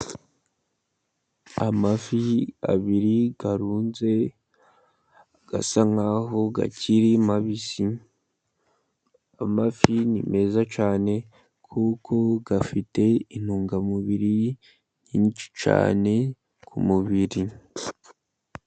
Amafi abiri arunze, asa nkaho akiri mabisi, amafi ni meza cyane, kuko afite intungamubiri nyinshi cyane ku mubiri.